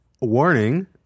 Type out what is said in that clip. Warning